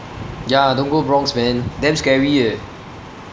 ya don't go bronx man damn scary eh